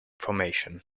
formation